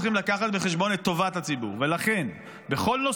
לשחרר את המולדת שלנו ולהגן על העם והארץ.